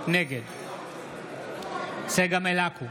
נגד צגה מלקו,